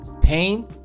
Pain